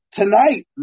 tonight